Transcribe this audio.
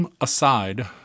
aside